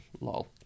lol